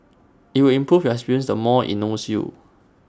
IT will improve your experience the more IT knows you